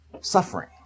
suffering